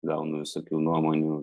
gaunu visokių nuomonių